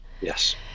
Yes